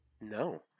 no